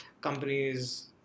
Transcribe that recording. companies